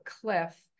cliff